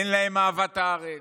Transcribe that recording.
אין להם אהבת הארץ,